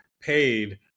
paid